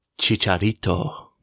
Chicharito